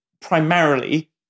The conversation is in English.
primarily